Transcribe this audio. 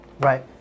Right